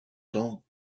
tant